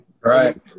Right